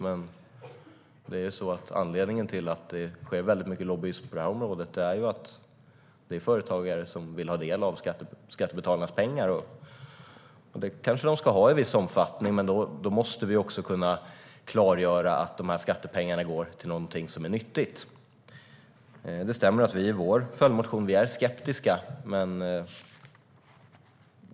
Men anledningen till att det sker mycket lobbyism på det här området är att företagare vill ha del av skattebetalarnas pengar. Det kanske de ska ha i viss omfattning. Men då måste vi också kunna klargöra att de skattepengarna går till något som är nyttigt. Det stämmer att vi i vår följdmotion är skeptiska.